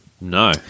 No